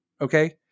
okay